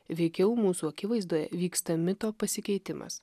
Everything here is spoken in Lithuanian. veikiau mūsų akivaizdoje vyksta mito pasikeitimas